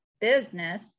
business